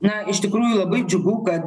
na iš tikrųjų labai džiugu kad